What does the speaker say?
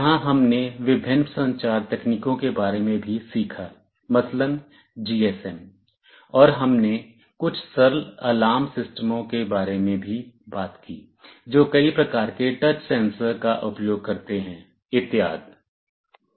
यहां हमने विभिन्न संचार तकनीकों के बारे में भी सीखा मसलन GSM और हमने कुछ सरल अलार्म सिस्टमों के बारे में भी बात की जो कई प्रकार के टच सेंसर का उपयोग करते हैं इत्यादि